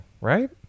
right